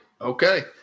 Okay